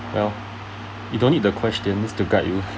well you don't need the questions to guide you